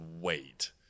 wait